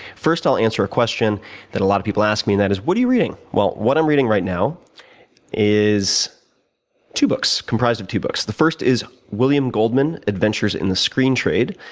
first, i'll answer a question that a lot of people ask me and that is, what are you reading? well, what i'm reading right now is two books comprise of two books. the first is, william goldman, adventures in the screen trade.